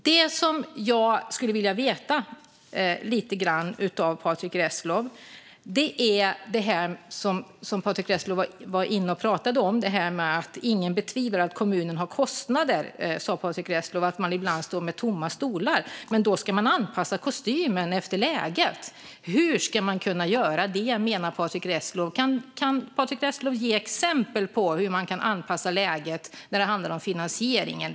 Sedan skulle jag vilja veta lite grann om något annat som Patrick Reslow pratade om. Patrick Reslow sa: Ingen betvivlar att kommunen har kostnader. Ibland står man med tomma stolar, men då ska man anpassa kostymen efter läget. Hur menar Patrick Reslow att man ska kunna göra det? Kan Patrick Reslow ge exempel på hur man kan anpassa sig när det handlar om finansieringen?